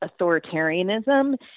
authoritarianism